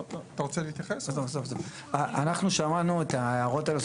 אנחנו שמענו את ההערות האלה.